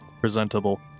presentable